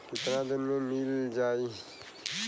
कितना दिन में मील जाई?